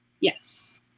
yes